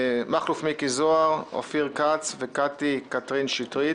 מכלוף מיקי זוהר, אופיר כץ, קטי קטרין שטרית.